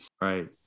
right